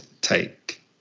take